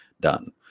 done